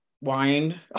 wine